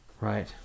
Right